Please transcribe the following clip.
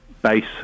base